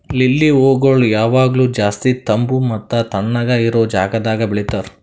lily ಹೂಗೊಳ್ ಯಾವಾಗ್ಲೂ ಜಾಸ್ತಿ ತಂಪ್ ಮತ್ತ ತಣ್ಣಗ ಇರೋ ಜಾಗದಾಗ್ ಬೆಳಿತಾರ್